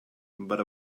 but